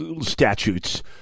statutes